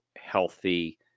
healthy